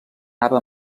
anava